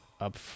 up